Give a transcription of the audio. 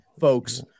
folks